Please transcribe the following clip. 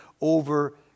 over